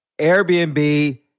Airbnb